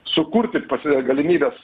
sukurti pas save galimybes